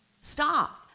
Stop